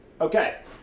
Okay